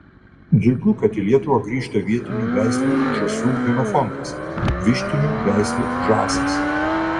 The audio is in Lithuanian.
džiugu kad į lietuvą grįžta vietinių veislių žąsų genofondas vištinių veislių žąsys